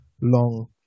long